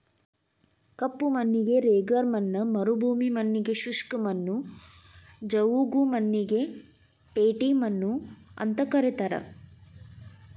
ಕಪ್ಪು ಮಣ್ಣಿಗೆ ರೆಗರ್ ಮಣ್ಣ ಮರುಭೂಮಿ ಮಣ್ಣಗೆ ಶುಷ್ಕ ಮಣ್ಣು, ಜವುಗು ಮಣ್ಣಿಗೆ ಪೇಟಿ ಮಣ್ಣು ಅಂತ ಕರೇತಾರ